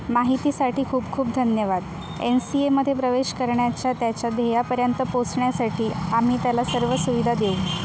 माहितीसाठी खूप खूप धन्यवाद एन सी एमध्ये प्रवेश करण्याच्या त्याच्या ध्येयापर्यंत पोहचण्यासाठी आम्ही त्याला सर्व सुविधा देऊ